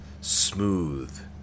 smooth